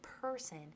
person